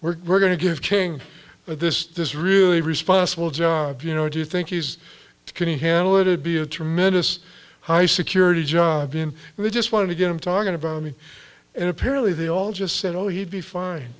there we're going to give king but this is this really responsible job you know do you think he's can handle it'd be a tremendous high security job in and they just wanted to get him talking about me and apparently they all just said oh he'd be fine